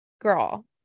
girl